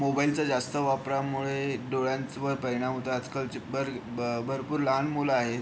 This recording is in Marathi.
मोबाईलचा जास्त वापरामुळे डोळ्यांवर परिणाम होतो आजकालची बरी ब भरपूर लहान मुलं आहेत